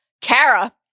Kara